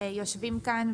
יושבים כאן,